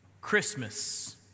Christmas